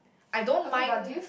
I don't mind